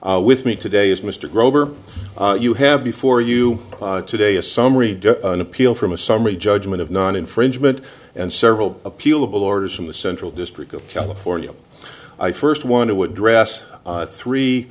case with me today is mr grover you have before you today a summary an appeal from a summary judgment of non infringement and several appealable orders from the central district of california i first want to address three